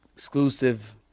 Exclusive